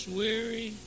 weary